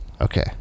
Okay